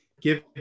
give